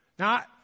Now